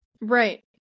Right